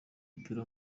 w’umupira